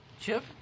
Chip